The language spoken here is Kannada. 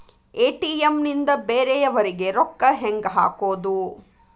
ಎ.ಟಿ.ಎಂ ನಿಂದ ಬೇರೆಯವರಿಗೆ ರೊಕ್ಕ ಹೆಂಗ್ ಹಾಕೋದು?